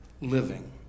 living